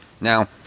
Now